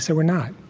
so we're not.